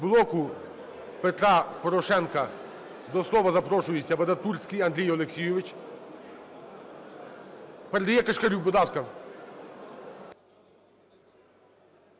"Блоку Петра Порошенка" до слова запрошується Вадатурський Андрій Олексійович. Передає Кишкарю. Будь